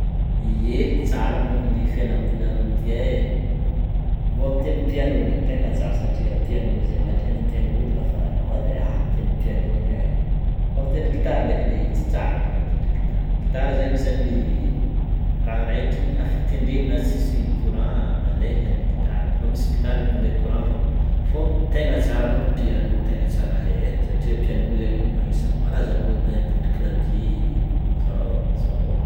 Ye, tsara mônko ny fialamboly aroa ty e, mbô mitendry piano ndreky tegna tsara satria piano zegny ohatra hoe any ampiangonagna ahafahanao a mitendry piano igny e fô mitendry gitara ndrekiny tsy tsara koa mitendry gitara, gitara zegny isan'ny raha araiky afaka tendrena tsisy courant mandeha fe ny gitara fa misy gitara mandeha courant fô fô tegna tsara aloha piano tegna tsara hay e satria piano zegny agnisan'ny malaza be ôlo mahay mitendry clavier zao, zao.